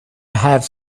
have